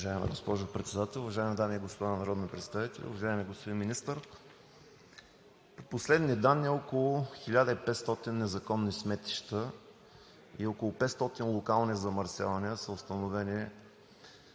Уважаема госпожо Председател, уважаеми дами и господа народни представители! Уважаеми господин Министър, по последни данни около 1500 незаконни сметища и около 500 локални замърсявания са установени